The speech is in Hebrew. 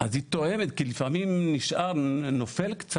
אז היא טועמת, כי לפעמים נופל קצת.